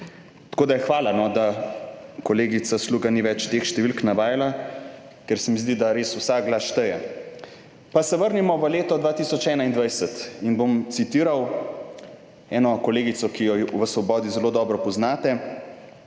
Tako da, hvala, da kolegica Sluga ni več teh številk navajala, ker se mi zdi, da res vsak glas šteje.- Pa se vrnimo v leto 2021, in bom citiral eno kolegico, ki jo v Svobodi zelo dobro poznate,